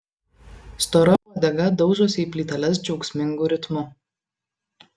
stora uodega daužosi į plyteles džiaugsmingu ritmu